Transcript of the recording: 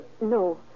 No